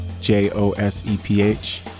J-O-S-E-P-H